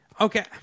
okay